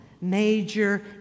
major